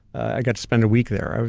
i got to spend a week there. ah